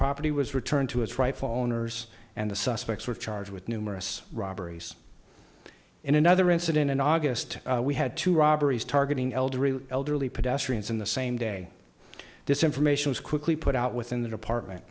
property was returned to its rightful owners and the suspects were charged with numerous robberies in another incident in august we had two robberies targeting elderly elderly pedestrians in the same day this information was quickly put out within the department